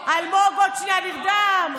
הוא דואג לכל הח"כים שפתאום צריכים לממן.